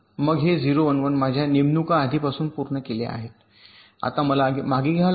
मग हे ० १ १ माझ्या नेमणुका आधीपासून पूर्ण केल्या आहेत आता मला मागे घ्यावे लागेल